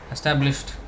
Established